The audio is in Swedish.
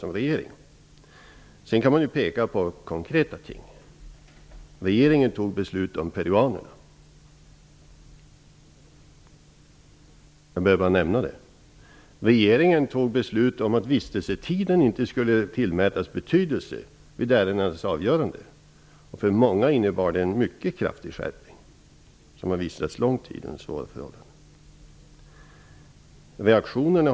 Man kan för det andra peka på konkreta saker, som att regeringen tog beslut om peruanerna. Jag behöver bara nämna det. Regeringen tog vidare beslut om att vistelsetiden inte skulle tillmätas betydelse vid ärendenas avgörande. För många som har vistats här lång tid under svåra förhållanden innebar det en mycket kraftig skärpning.